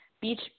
beach